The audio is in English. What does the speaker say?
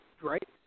Right